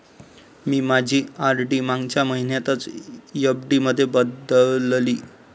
मी माझी आर.डी मागच्या महिन्यातच एफ.डी मध्ये बदलली